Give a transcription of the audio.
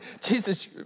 Jesus